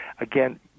Again